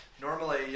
normally